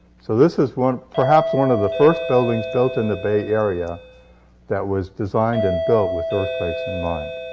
so this is one perhaps one of the first buildings built in the bay area that was designed and built with earthquakes in mind.